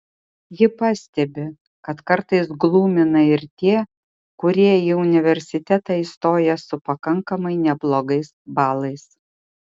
ji pastebi kad kartais glumina ir tie kurie į universitetą įstoja su pakankamai neblogais balais